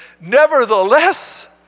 nevertheless